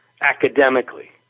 academically